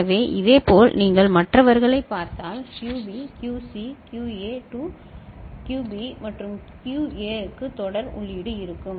எனவே இதேபோல் நீங்கள் மற்றவர்களைப் பார்த்தால் QB QC QA to QB மற்றும் QA க்கு தொடர் உள்ளீடு இருக்கும்